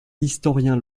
historien